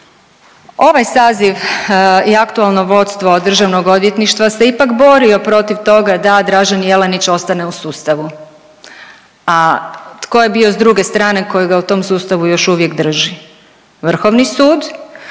Ovaj saziv i aktualno vodstvo državnog odvjetništva se ipak borio protiv toga da Dražen Jelenić ostane u sustavu, a tko je bio s druge strane koji ga u tom sustavu još uvijek drži? Vrhovni sud